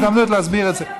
הזדמנות להסביר את זה.